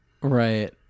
Right